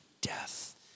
death